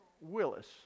Willis